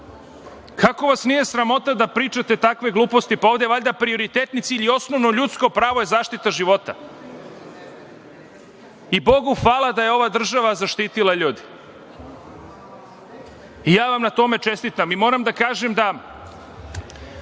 vas nije sramota da pričate takve gluposti? Ovde je valjda prioritetan cilj i osnovno ljudsko pravo zaštita života? I bogu hvala da je ova država zaštitila ljude. Ja vam na tome čestitam. Moram da kažem da